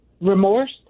remorse